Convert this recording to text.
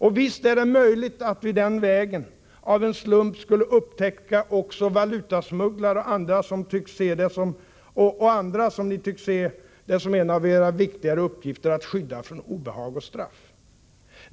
Och visst är det möjligt att vi den vägen — av en slump — skulle kunna upptäcka också valutasmugglare och andra som ni tycks se som en av era viktigare uppgifter att skydda från obehag och straff.